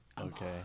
Okay